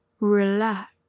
relax